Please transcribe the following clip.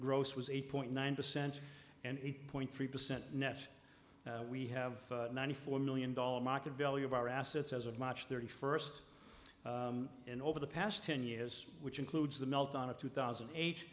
gross was eight point nine percent and eight point three percent net we have ninety four million dollars market value of our assets as of march thirty first and over the past ten years which includes the meltdown of two thousand